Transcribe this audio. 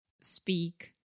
speak